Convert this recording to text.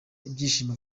byishimo